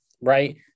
right